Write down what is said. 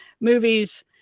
movies